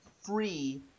free